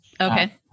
Okay